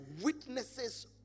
witnesses